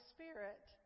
Spirit